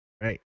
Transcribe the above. right